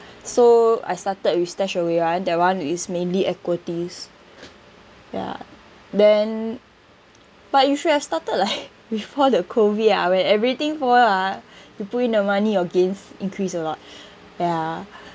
so I started with StashAway [one] that [one] is mainly equities ya then but you should have started like before the COVID ah where everything for ah you put in your money your gains increase a lot ya